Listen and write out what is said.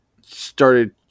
started